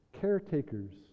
caretakers